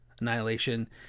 Annihilation